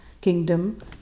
kingdom